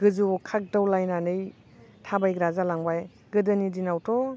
गोजौवाव खागदाव लायनानै थाबायग्रा जालांबाय गोदोनि दिनावथ'